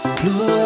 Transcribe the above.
blue